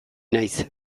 naiz